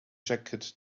jacket